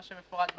מה שמפורט בהצעה.